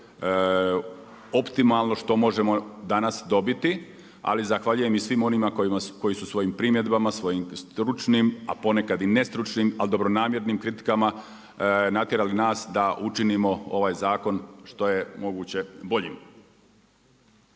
optimalno što možemo danas dobiti, ali zahvaljujem i svim onima koji su svojim primjedbama, svojim stručnim, a ponekad i ne stručnim, ali dobronamjernim kritikama natjerali nas da učinimo ovaj zakon što je moguće boljim.